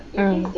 mm